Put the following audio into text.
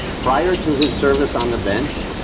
prior to his service on the bench,